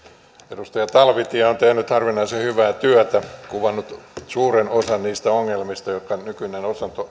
edustaja talvitie on tehnyt harvinaisen hyvää työtä kuvannut suuren osan niistä ongelmista joita nykyinen